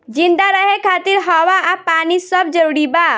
जिंदा रहे खातिर हवा आ पानी सब जरूरी बा